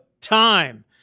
time